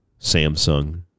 Samsung